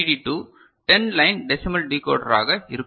D to 10 line decimal டிகோடராக இருக்கும்